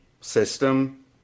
system